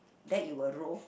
then it will roll